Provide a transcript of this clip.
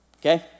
Okay